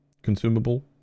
Consumable